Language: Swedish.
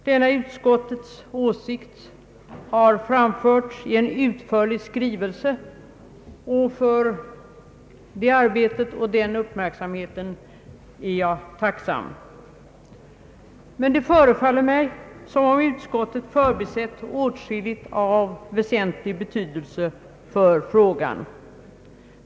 Denna utskottets åsikt har framförts i en utförlig skrivelse, och för det arbetet och den uppmärksamheten är jag tacksam. Det förefaller mig dock som om utskottet förbisett åtskilligt av väsentlig betydelse för frågan.